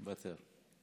מוותר.